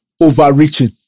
overreaching